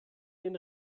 den